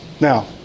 Now